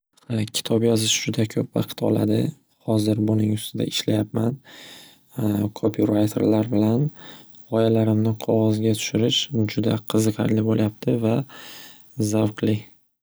Xa kitob yozish juda ko'p vaqt oladi hozir buning ustida ishlayapman kopyvrayterlar bilan g'oyalarimni qog'ozga tushirish juda qiziqarli bo'lyapti va zavqli.